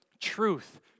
truth